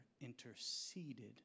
interceded